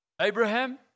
Abraham